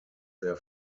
their